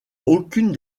aucune